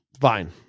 fine